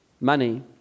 money